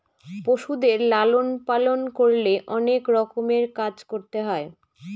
পশুদের লালন পালন করলে অনেক রকমের কাজ করতে হয়